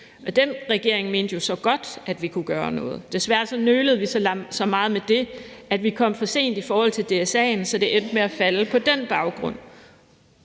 SF. Den regering mente så godt, at vi kunne gøre noget. Desværre nølede vi så meget med det, at vi kom for sent i forhold til DSA'en, så det endte med at falde på den baggrund.